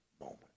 moment